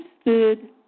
stood